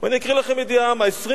ואני אקריא לכם ידיעה מ-24